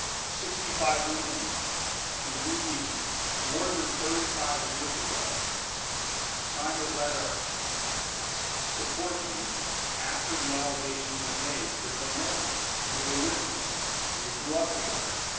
sixty five women who knew me more than thirty five years ago signed a letter to support me after the allegation was made because they know me and they were with me and we grew up together.